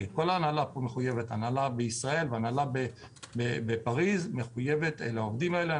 כל ההנהלה בישראל ובפריז מחויבת לעובדים האלה.